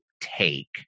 take